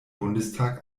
bundestag